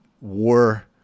war